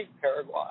Paraguay